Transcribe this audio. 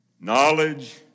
Knowledge